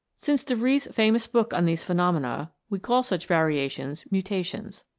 since de vries' famous book on these phenomena, we call such variations mutations.